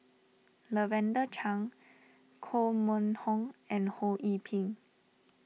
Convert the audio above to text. Lavender Chang Koh Mun Hong and Ho Yee Ping